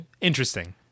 Interesting